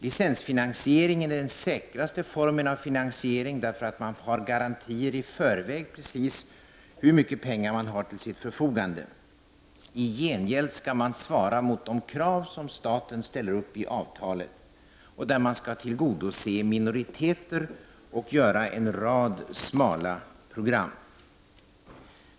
Licensfinansieringen är den säkraste formen av finansiering, därför att man har garantier i förväg för precis hur mycket pengar man har till sitt förfogande. I gengäld skall man svara mot de krav som staten ställer upp i avtalet, och man skall tillgodose minoriteter och göra en rad smala program.